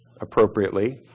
appropriately